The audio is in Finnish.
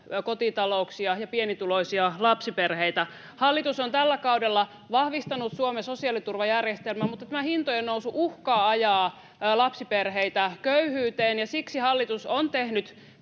kotitalouksia ja pienituloisia lapsiperheitä. Hallitus on tällä kaudella vahvistanut Suomen sosiaaliturvajärjestelmää, mutta tämä hintojen nousu uhkaa ajaa lapsiperheitä köyhyyteen, ja siksi hallitus on tehnyt